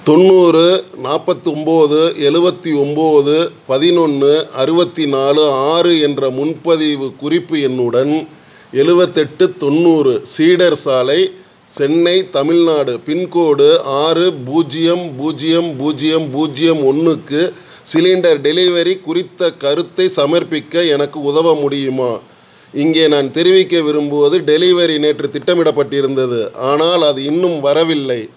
தொண்ணூறு நாற்பத்தி ஒம்பது எழுவத்தி ஒம்பது பதினொன்று அறுபத்தி நாலு ஆறு என்ற முன்பதிவுக் குறிப்பு எண்ணுடன் எழுவத்தெட்டு தொண்ணூறு சீடர் சாலை சென்னை தமிழ்நாடு பின்கோடு ஆறு பூஜ்ஜியம் பூஜ்ஜியம் பூஜ்ஜியம் பூஜ்ஜியம் ஒன்றுக்கு சிலிண்டர் டெலிவரி குறித்த கருத்தை சமர்பிக்க எனக்கு உதவ முடியுமா இங்கே நான் தெரிவிக்க விரும்புவது டெலிவரி நேற்று திட்டமிடப்பட்டிருந்தது ஆனால் அது இன்னும் வரவில்லை